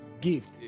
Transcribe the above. gift